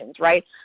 right